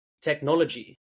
technology